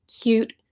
cute